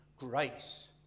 Grace